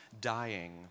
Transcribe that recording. dying